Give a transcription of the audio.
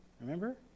remember